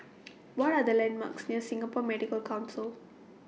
What Are The landmarks near Singapore Medical Council